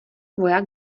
voják